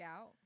out